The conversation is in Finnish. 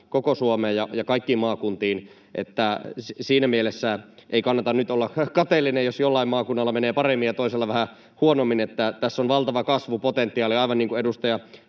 koko Suomeen ja kaikkiin maakuntiin, niin että siinä mielessä ei kannata nyt olla kateellinen, jos jollain maakunnalla menee paremmin ja toisella vähän huonommin. Tässä on valtava kasvupotentiaali, aivan niin kuin edustaja